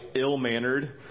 ill-mannered